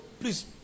please